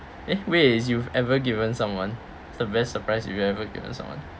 eh ways you've ever given someone the best surprise you have ever given someone